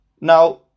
Now